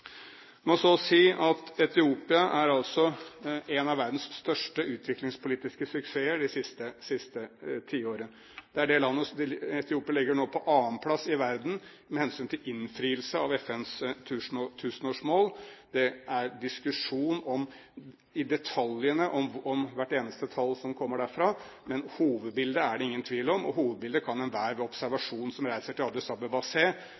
si at Etiopia er en av verdens største utviklingspolitiske suksesser det siste tiåret. Etiopia ligger nå på andreplass i verden med hensyn til innfrielse av FNs tusenårsmål. Det er diskusjon i detalj om hvert eneste tall som kommer derfra. Men hovedbildet er det ingen tvil om, og hovedbildet kan enhver som reiser til Addis Abeba, ved